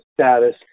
status